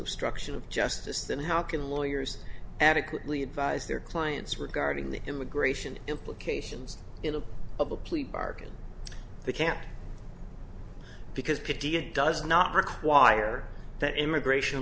obstruction of justice then how can lawyers adequately advise their clients regarding the immigration implications of a plea bargain they can't because it does not require that immigration